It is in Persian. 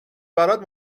برات